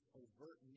overt